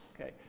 Okay